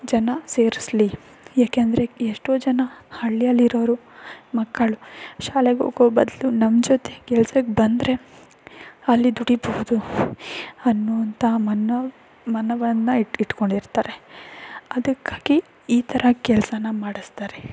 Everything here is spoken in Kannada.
ಜನ ಸೇರಿಸಲಿ ಯಾಕೆಂದರೆ ಎಷ್ಟೋ ಜನ ಹಳ್ಳಿಯಲ್ಲಿರೋರು ಮಕ್ಕಳು ಶಾಲೆಗೋಗೋ ಬದಲು ನಮ್ಮ ಜೊತೆ ಕೆಲ್ಸಕ್ಕೆ ಬಂದರೆ ಅಲ್ಲಿ ದುಡಿಯಬಹುದು ಅನ್ನೋವಂತಹ ಮನ್ನೊ ಮನವನ್ನು ಇಟ್ಟು ಇಟ್ಕೊಂಡಿರ್ತಾರೆ ಅದಕ್ಕಾಗಿ ಈ ಥರ ಕೆಲಸನ ಮಾಡಿಸ್ತಾರೆ